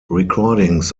recordings